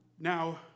Now